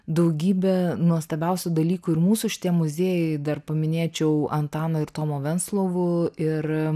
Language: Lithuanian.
daugybė nuostabiausių dalykų ir mūsų šitie muziejai dar paminėčiau antano ir tomo venclovų ir